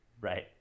right